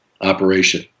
operation